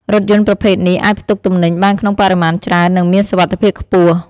រថយន្តប្រភេទនេះអាចផ្ទុកទំនិញបានក្នុងបរិមាណច្រើននិងមានសុវត្ថិភាពខ្ពស់។